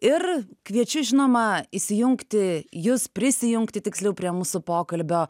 ir kviečiu žinoma įsijungti jus prisijungti tiksliau prie mūsų pokalbio